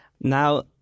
Now